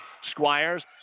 Squires